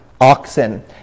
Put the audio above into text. oxen